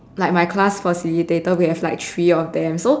like my class facilitator we have like three of them so